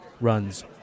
runs